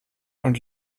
und